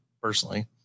personally